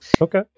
Okay